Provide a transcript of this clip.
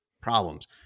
problems